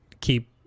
keep